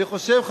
אני חושב,